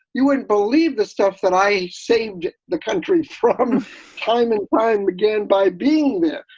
you wouldn't believe the stuff that i saved the country from time and time again by being there.